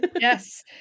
Yes